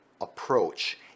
approach